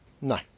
No